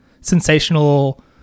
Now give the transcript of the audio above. sensational